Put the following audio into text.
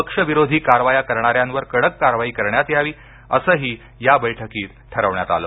पक्षविरोधी कारवाया करणाऱ्यांवर कडक कारवाई करण्यात यावी असंही या बैठकीत ठरविण्यात आलं